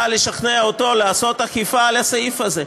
לשכנע אותו לעשות אכיפה על הסעיף הזה.